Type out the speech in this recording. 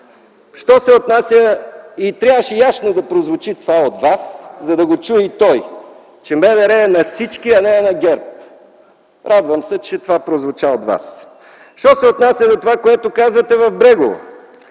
опозицията. И трябваше ясно това да прозвучи от Вас, за да го чуе и той, че МВР е на всички, а не е на ГЕРБ. Радвам се, че това прозвуча от Вас. Що се отнася до това, което казвате в Брегово,